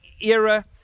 era